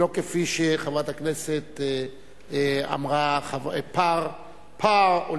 ולא כפי שחברת הכנסת אמרה, "פראלימפיק",